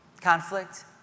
conflict